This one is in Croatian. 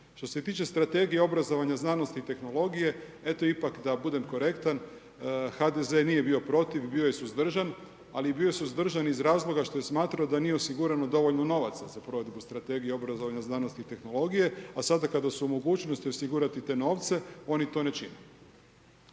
Što se tiče Strategije obrazovanja, znanosti i tehnologije, eto ipak da budem korektan, HDZ nije bio protiv, bio je suzdržan. Ali bio je suzdržan iz razloga što je smatrao da nije osigurano dovoljno novaca za provedbu Strategije obrazovanja, znanosti i tehnologije a sada kada su u mogućnosti osigurati te novce oni to ne čine.